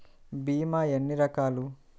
భీమ ఎన్ని రకాలు?